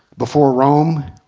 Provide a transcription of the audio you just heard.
before rome.